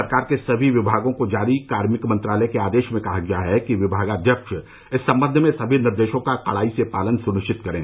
सरकार के सभी विभागों को जारी कार्मिक मंत्रालय के आदेश में कहा गया है कि विभागाध्यक्ष इस संबंध में सभी निर्देशों का कड़ाई से पालन सुनिश्चित करें